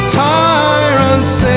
tyrants